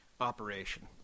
operation